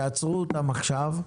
שעצרו אותם עכשיו,